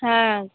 হ্যাঁ